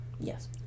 Yes